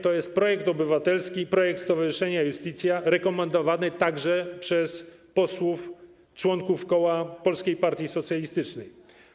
To jest projekt obywatelski, projekt stowarzyszenia Iustitia rekomendowany także przez posłów, członków koła Polskiej Partii Socjalistycznej.